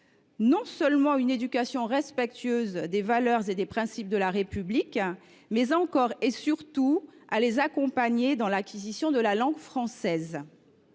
non seulement une éducation respectueuse des valeurs et des principes de la République, mais encore, et surtout, un accompagnement dans l’acquisition de la langue française.